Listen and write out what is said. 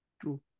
True